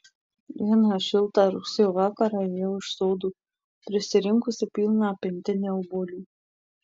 vieną šiltą rugsėjo vakarą ėjau iš sodo prisirinkusi pilną pintinę obuolių